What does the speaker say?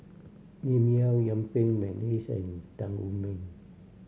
Lim Yau Yuen Peng McNeice and Tan Wu Meng